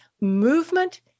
Movement